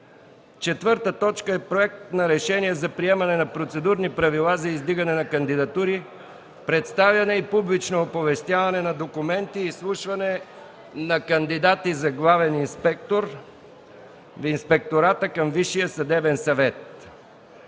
работи. 4. Проект на Решение за приемане на процедурни правила за издигане на кандидатури, представяне и публично оповестяване на документи и изслушване на кандидати за Главен инспектор в Инспектората към Висшия съдебен съвет.